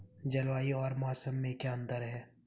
जलवायु और मौसम में अंतर क्या है?